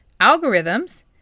Algorithms